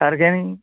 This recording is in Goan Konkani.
सारकें न्ही